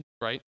right